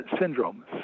syndrome